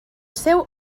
seu